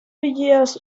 years